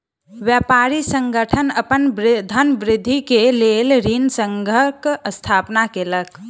व्यापारी संगठन अपन धनवृद्धि के लेल ऋण संघक स्थापना केलक